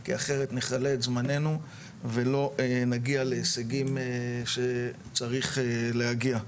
כי אחרת נכלה את זמננו ולא נגיע להישגים שצריך להגיע.